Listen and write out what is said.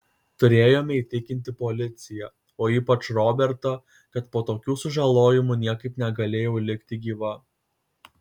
turėjome įtikinti policiją o ypač robertą kad po tokių sužalojimų niekaip negalėjau likti gyva